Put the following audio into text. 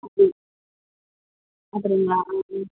அப்படி அப்படிங்களா ம் ம்